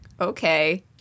okay